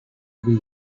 wii